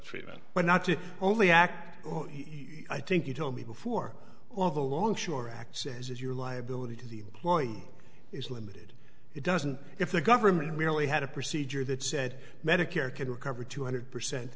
treatment but not to only act i think you told me before all the longshore acts as if your liability to the employee is limited it doesn't if the government merely had a procedure that said medicare could recover two hundred percent